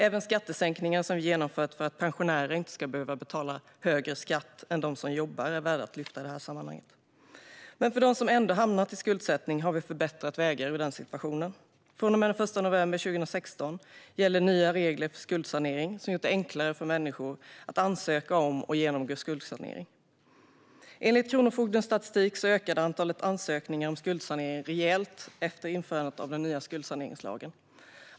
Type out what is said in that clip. Även skattesänkningarna som vi har genomfört för att pensionärer inte ska behöva betala högre skatt än de som jobbar är värda att lyfta fram i detta sammanhang. Men för den som ändå hamnat i skuldsättning har vi förbättrat vägarna ur den situationen. Från och med den 1 november 2016 gäller nya regler för skuldsanering som har gjort det enklare för människor att ansöka om och genomgå skuldsanering. Enligt Kronofogdens statistik ökade antalet ansökningar om skuldsanering rejält efter införandet av den nya skuldsaneringslagen.